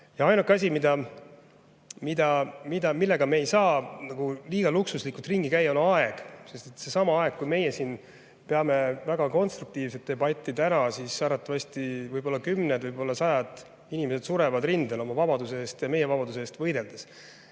Ja ainuke asi, millega me ei saa nagu liiga luksuslikult ringi käia, on aeg, sest samal ajal, kui meie siin peame väga konstruktiivset debatti, arvatavasti kümned või sajad inimesed surevad rindel oma vabaduse eest ja meie vabaduse eest võideldes.